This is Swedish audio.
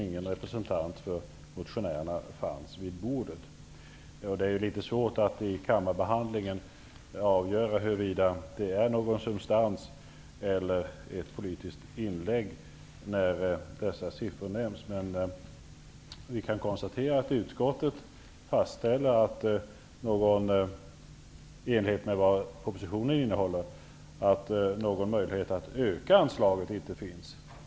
Ingen representant för motionärerna var närvarande. Det är litet svårt att i kammarbehandlingen avgöra huruvida det är någon substans eller ett politiskt inlägg när dessa siffror nämns. Men vi kan konstatera att utskottet fastställer -- i enlighet med vad propositionen innehåller -- att det inte finns någon möjlighet att öka anslaget.